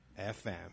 fm